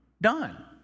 done